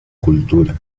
cultura